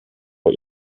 vor